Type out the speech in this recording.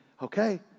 Okay